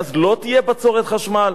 ואז לא תהיה בצורת חשמל.